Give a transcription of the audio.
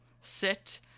sit